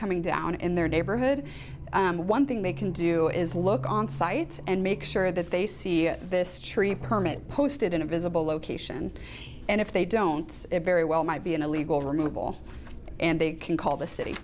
coming down in their neighborhood one thing they can do is look on sites and make sure that they see this tree permit posted in a visible location and if they don't it very well might be an illegal removal and big can call the city